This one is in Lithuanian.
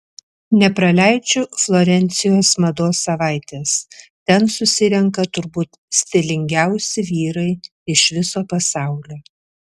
nepraleidžiu florencijos mados savaitės ten susirenka turbūt stilingiausi vyrai iš viso pasaulio